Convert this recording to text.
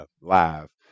Live